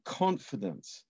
confidence